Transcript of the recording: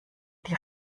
die